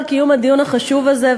תודה רבה על קיום הדיון החשוב הזה,